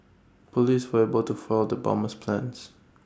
Police were able to foil the bomber's plans